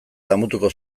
damutuko